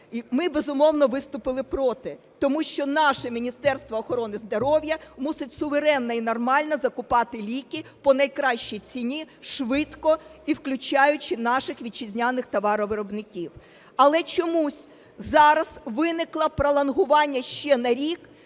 ми, безумовно, виступили проти, тому що наше Міністерство охорони здоров'я мусить суверенно і нормально закуповувати ліки по найкращій ціні швидко і включаючи наших вітчизняних товаровиробників. Але чомусь зараз виникло пролонгування ще на рік